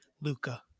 Luca